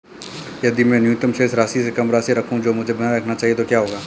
यदि मैं न्यूनतम शेष राशि से कम राशि रखूं जो मुझे बनाए रखना चाहिए तो क्या होगा?